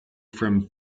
from